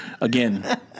again